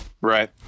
Right